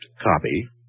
copy